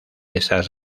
esas